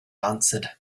answered